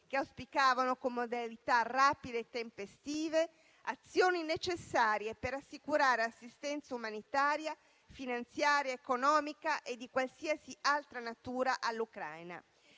che auspicavano con modalità rapide e tempestive azioni necessarie per assicurare assistenza umanitaria, finanziaria, economica e di qualsiasi altra natura all'Ucraina,